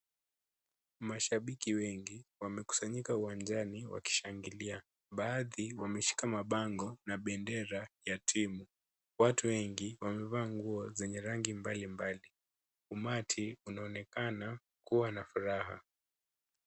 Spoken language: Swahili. Mashabiki wengi wamekusanyika uwanjani wakishangilia. Baadhi wameshika mabango na bendera ya timu. Watu wengi wamevaa nguo zenye rangi mbalimbali. Umati unaonekana kuwa na furaha.